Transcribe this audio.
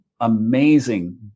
amazing